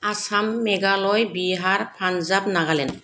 Assam Meghalaya Bihar Punjab Nagaland